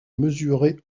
mesurer